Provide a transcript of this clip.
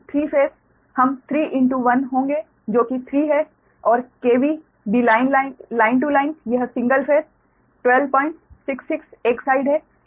तो B3Φ हम 3 1 होंगे जो कि 3 है और BLine line यह सिंगल फेस 1266 एक साइड है